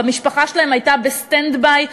והמשפחה שלהם הייתה ב-stand by,